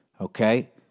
Okay